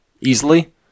easily